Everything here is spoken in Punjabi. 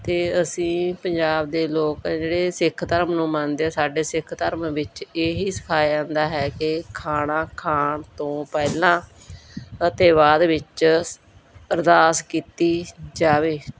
ਅਤੇ ਅਸੀਂ ਪੰਜਾਬ ਦੇ ਲੋਕ ਜਿਹੜੇ ਸਿੱਖ ਧਰਮ ਨੂੰ ਮੰਨਦੇ ਹਾਂ ਸਾਡੇ ਸਿੱਖ ਧਰਮ ਵਿੱਚ ਇਹ ਹੀ ਸਿਖਾਇਆ ਜਾਂਦਾ ਹੈ ਕਿ ਖਾਣਾ ਖਾਣ ਤੋਂ ਪਹਿਲਾਂ ਅਤੇ ਬਾਅਦ ਵਿੱਚ ਅਰਦਾਸ ਕੀਤੀ ਜਾਵੇ